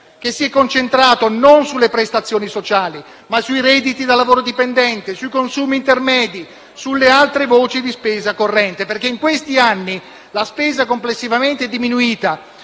che si è concentrata non sulle prestazioni sociali, ma sui redditi da lavoro dipendente, sui consumi intermedi, sulle altre voci di spesa corrente. In questi anni, infatti, la spesa complessivamente è diminuita,